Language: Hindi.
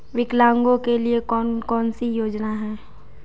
विकलांगों के लिए कौन कौनसी योजना है?